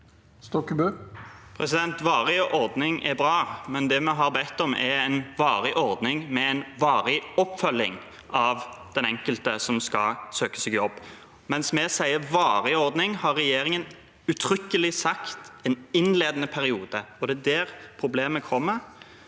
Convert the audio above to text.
En varig ord- ning er bra, men det vi har bedt om, er en varig ordning med en varig oppfølging av den enkelte som skal søke seg jobb. Mens vi sier varig ordning, har regjeringen uttrykkelig sagt en innledende periode. Det er der problemet er.